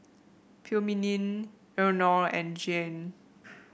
Philomene Eleanore and Jayne